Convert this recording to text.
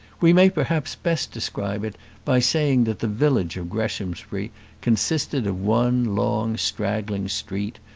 we may perhaps best describe it by saying that the village of greshamsbury consisted of one long, straggling street,